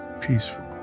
Peaceful